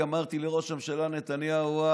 אמרתי לראש הממשלה נתניהו: